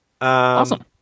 awesome